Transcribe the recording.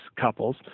couples